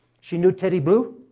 she knew teddy blue,